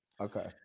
Okay